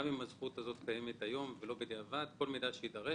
גם אם הזכות הזאת קיימת היום ולא בדיעבד, שיידרש.